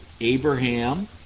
Abraham